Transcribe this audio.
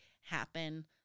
happen